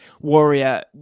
warrior